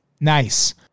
Nice